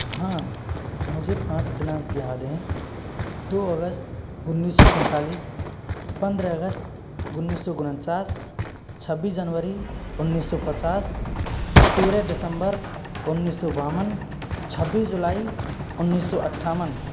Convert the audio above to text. हाँ मुझे पाँच दिनांक याद हैं दो अगस्त उन्नीस सौ सैतालिस पंद्रह अगस्त उन्नीस सौ उनचास छब्बीस जनवरी उन्नीस सौ पचास तेरह दिसंबर उन्नीस सौ बावन छब्बीस जुलाई उन्नीस सौ अट्ठावन